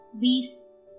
beasts